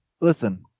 Listen